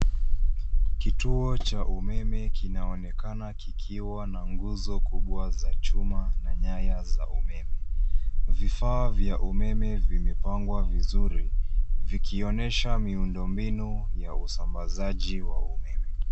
Kituo cha umeme kinaonekana kikiwa na nguzo kubwa za chuma na nyaya za umeme. Vifaa vya umeme vimepangwa vizuri, vikionyesha miundo mbinu ya usambazaji umeme.